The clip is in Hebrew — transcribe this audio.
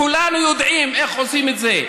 כולנו יודעים איך עושים את זה.